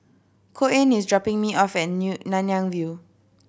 Koen is dropping me off at New Nanyang View